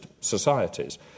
societies